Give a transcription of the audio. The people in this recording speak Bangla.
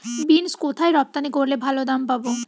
বিন্স কোথায় রপ্তানি করলে ভালো দাম পাব?